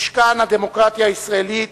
משכן הדמוקרטיה הישראלית,